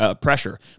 pressure